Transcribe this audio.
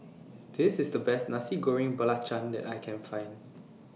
This IS The Best Nasi Goreng Belacan that I Can Find